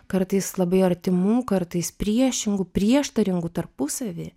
kartais labai artimų kartais priešingų prieštaringų tarpusavy